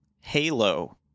halo